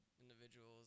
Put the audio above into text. individuals